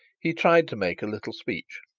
he tried to make a little speech,